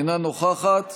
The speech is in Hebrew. אינה נוכחת